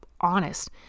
honest